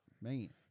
Man